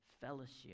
fellowship